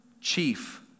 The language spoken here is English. chief